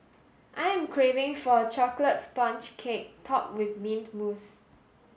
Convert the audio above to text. I am craving for a chocolate sponge cake topped with mint mousse